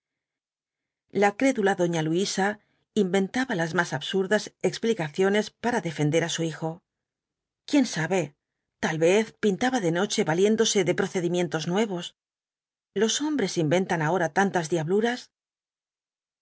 la crédula doña luisa inventaba las más absurdas explicaciones para defender á su hijo quién sabe tal vez pintaba de noche valiéndose de procedimientos nuevos los hombres inventan ahora tantas diabluras